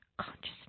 consciousness